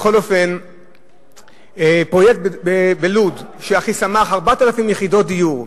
פרויקט בלוד, 4,000 יחידות דיור,